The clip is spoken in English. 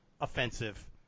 offensive